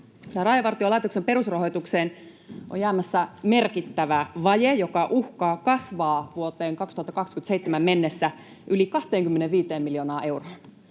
Rajavartiolaitoksen perusrahoitukseen on jäämässä merkittävä vaje, joka uhkaa kasvaa vuoteen 2027 mennessä yli 25 miljoonaan euroon.